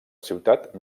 ciutat